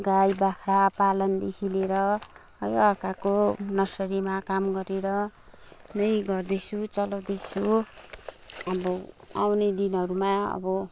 गाई बाख्रा पालनदेखि लिएर है अर्काको नर्सरीमा काम गरेर नै गर्दैछु चलाउँदैछु अब आउने दिनहरूमा अब